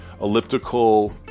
elliptical